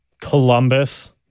Columbus